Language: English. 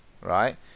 right